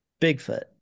Bigfoot